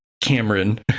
Cameron